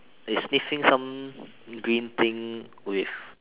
it's sniffing some green thing with